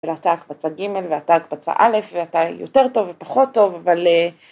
‫ואתה הקבצה ג', ואתה הקבצה א', ‫ואתה יותר טוב ופחות טוב, אבל...